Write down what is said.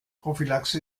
prophylaxe